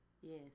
Yes